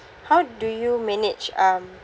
how do you manage um